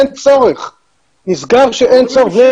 נסגר שאין צורך.